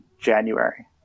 January